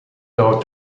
dore